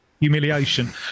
humiliation